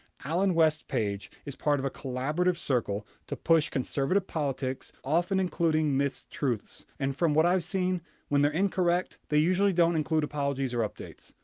allen west's page is part of a collaborative circle to push conservative politics often including mistruths, and from what i've seen when they're incorrect they usually don't include apologies or updates.